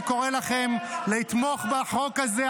אני מבין שקשה לכם עם זה.